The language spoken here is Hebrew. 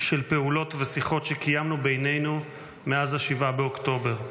של פעולות ושיחות שקיימנו בינינו מאז 7 באוקטובר.